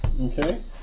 Okay